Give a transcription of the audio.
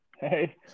hey